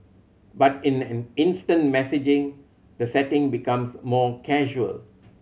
but in an instant messaging the setting becomes more casual